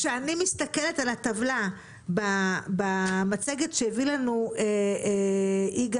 כאשר אני מסתכלת בטבלה במצגת שהביא לנו יגאל,